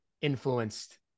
influenced